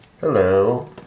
Hello